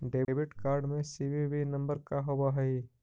Debit card में CVV number का होव हइ?